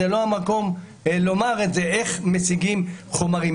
זה לא המקום לומר איך מציגים חומרים.